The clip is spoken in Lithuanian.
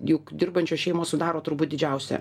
juk dirbančios šeimos sudaro turbūt didžiausią